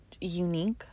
unique